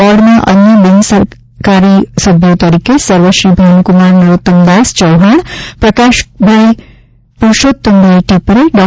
બોર્ડના અન્ય બિનસરકારી સભ્યો તરીકે સર્વશ્રી ભાનુકુમાર નરોત્તમદાસ ચૌહાણ પ્રકાશભાઇ પુરૂષોત્તમભાઇ ટિપરે ડૉ